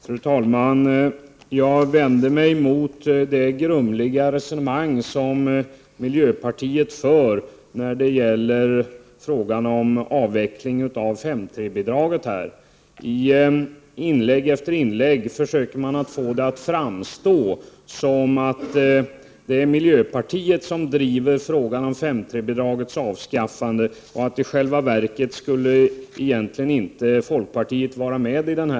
Fru talman! Jag vänder mig mot det grumliga resonemang som miljöpartiet för när det gäller frågan om avveckling av 5:3-bidraget. I inlägg efter inlägg försöker man få det att framstå som att det är miljöpartiet som driver frågan om 5:3-bidragets avskaffande och att folkpartiet egentligen inte skulle vara med på detta.